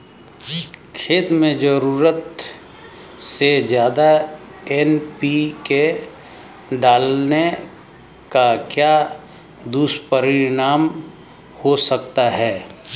खेत में ज़रूरत से ज्यादा एन.पी.के डालने का क्या दुष्परिणाम हो सकता है?